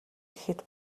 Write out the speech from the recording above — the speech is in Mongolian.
гэхэд